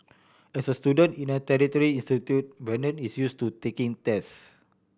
as a student in a tertiary institute Brandon is use to taking tests